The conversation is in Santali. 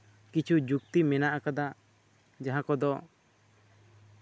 ᱠᱤᱪᱷᱩ ᱡᱩᱠᱛᱤ ᱢᱮᱱᱟᱜ ᱠᱟᱫᱟ ᱡᱟᱦᱟᱸ ᱠᱚᱫᱚ